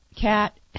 Cat